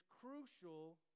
crucial